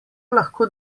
lahko